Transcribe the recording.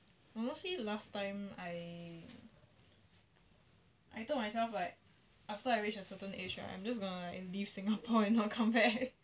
honestly last time I I told myself like after I reach a certain age right I'm just gonna like leave singapore and not come back